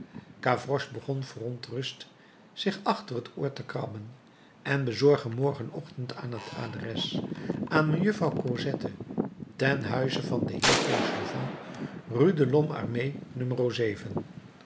begon verontrust zich achter t oor te krabben en bezorg hem morgenochtend aan t adres aan mejuffrouw cosette ten huize van den heer fauchelevent rue de lhomme armé